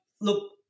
look